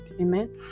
amen